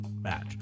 match